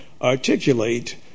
articulate